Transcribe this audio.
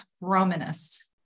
Romanist